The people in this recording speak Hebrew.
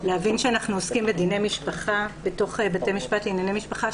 להבין שאנחנו עוסקים בדיני משפחה בתוך בתי משפט לענייני משפחה,